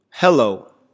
Hello